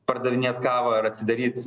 pardavinėt kavą ar atsidaryt